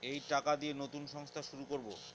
এই টাকা দিয়ে নতুন সংস্থা শুরু করবো